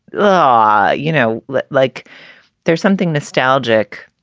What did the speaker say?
yeah you know, like like there's something nostalgic